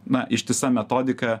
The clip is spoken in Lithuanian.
na ištisa metodika